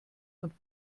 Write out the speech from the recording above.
und